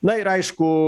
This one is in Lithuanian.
na ir aišku